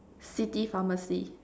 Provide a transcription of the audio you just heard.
city pharmacy